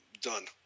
done